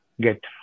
get